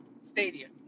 stadium